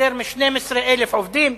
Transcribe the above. יותר מ-12,000 עובדים,